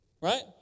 right